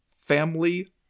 family